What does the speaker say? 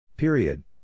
Period